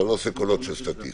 אתה לא עושה קולות של סטטיסט.